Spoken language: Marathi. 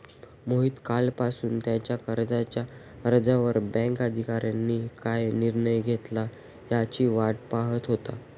मोहित कालपासून त्याच्या कर्जाच्या अर्जावर बँक अधिकाऱ्यांनी काय निर्णय घेतला याची वाट पाहत होता